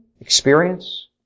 experience